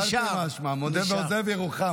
תרתי משמע, מודה ועוזב ירוחם.